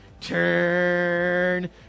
turn